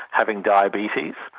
having diabetes.